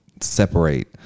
separate